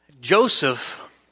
Joseph